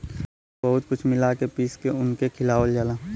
वही मे बहुत कुछ मिला के मीस के उनके खियावल जाला